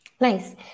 Nice